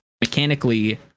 mechanically